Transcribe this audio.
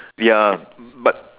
ya but